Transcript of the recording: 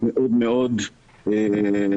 מאוד מאוד חשוב.